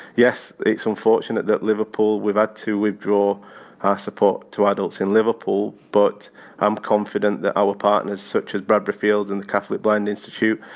yes, it's unfortunate that liverpool, we've had to withdraw our support to adults in liverpool but i'm confident that our partners, such as bradbury fields and the catholic blind institute,